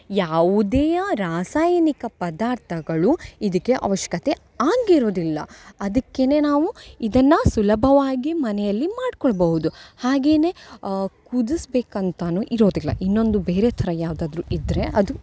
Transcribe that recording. ಯಾವುದೇ ರಾಸಾಯನಿಕ ಪದಾರ್ಥಗಳು ಇದಕ್ಕೆ ಆವಶ್ಕತೆ ಆಗಿರೋದಿಲ್ಲ ಅದಕ್ಕೆ ನಾವು ಇದನ್ನು ಸುಲಭವಾಗಿ ಮನೆಯಲ್ಲಿ ಮಾಡಿಕೊಳ್ಬೌದು ಹಾಗೆಯೇ ಕುದಸ್ಬೇಕು ಅಂತಲೂ ಇರೋದಿಲ್ಲ ಇನ್ನೊಂದು ಬೇರೆ ಥರ ಯಾವುದಾದ್ರೂ ಇದ್ದರೆ ಅದು